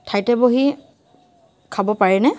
ঠাইতে বহি খাব পাৰেনে